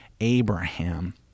Abraham